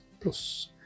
Plus